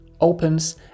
opens